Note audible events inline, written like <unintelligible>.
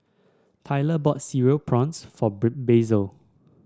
Tylor bought Cereal Prawns for <unintelligible> Basil